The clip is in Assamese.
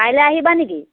কাইলে আহিবা নেকি